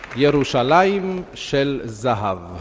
yerushalayim shel zahav ah